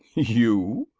you!